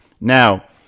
Now